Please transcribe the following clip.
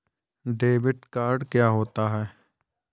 Debit card क्या होता है?